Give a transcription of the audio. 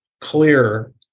clear